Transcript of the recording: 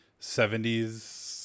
70s